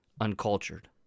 uncultured